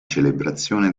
celebrazione